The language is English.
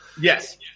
yes